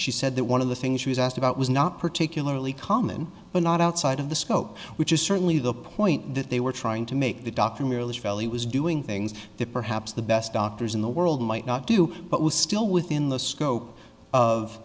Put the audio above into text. she said that one of the things she was asked about was not particularly common but not outside of the scope which is certainly the point that they were trying to make the doctor merely felt he was doing things that perhaps the best doctors in the world might not do but was still within the scope of